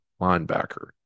linebacker